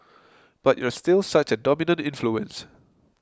but you're still such a dominant influence